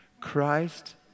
Christ